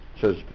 says